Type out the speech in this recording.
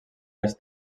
les